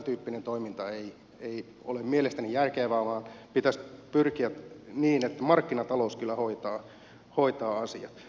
tämäntyyppinen toiminta ei ole mielestäni järkevää vaan pitäisi pyrkiä siihen että markkinatalous kyllä hoitaa asiat